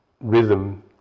rhythm